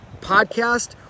podcast